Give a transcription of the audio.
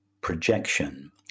projection